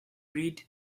read